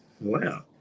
wow